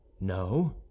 no